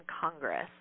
Congress